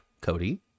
cody